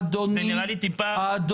זה נראה לי טיפה --- אדוני,